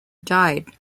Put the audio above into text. died